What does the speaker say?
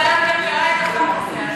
קבענו בוועדת הכלכלה את החוק הזה.